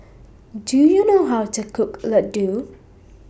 Do YOU know How to Cook Ladoo